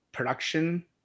production